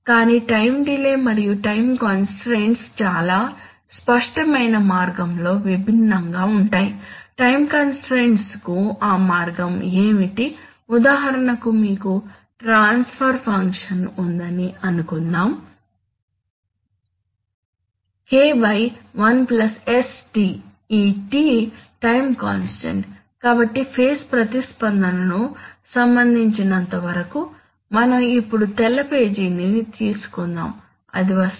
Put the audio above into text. కానీ time delay మరియు time constraints చాలా స్పష్టమైన మార్గంలో విభిన్నంగా ఉంటాయి టైం కంస్ట్రయిన్ట్స్ కు ఆ మార్గం ఏమిటి ఉదాహరణకు మీకు ట్రాన్స్ఫర్ ఫంక్షన్ ఉందని అనుకుందాం K 1 sτ ఈ τ టైం కాన్స్టాంట్ కాబట్టి ఫేజ్ ప్రతిస్పందనకు సంబంధించినంతవరకు మనం ఇప్పుడు తెల్ల పేజీని తీసుకుందాం అది వస్తుందా